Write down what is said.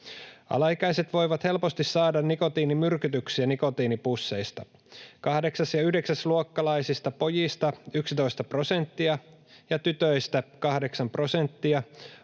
Alaikäiset voivat helposti saada nikotiinimyrkytyksiä nikotiinipusseista. Kahdeksas- ja yhdeksäsluokkalaisista pojista 11 prosenttia ja tytöistä 8 prosenttia